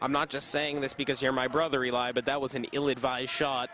i'm not just saying this because you're my brother eli but that was an ill advised shot